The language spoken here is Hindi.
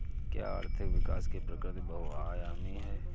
क्या आर्थिक विकास की प्रवृति बहुआयामी है?